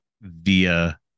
via